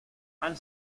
han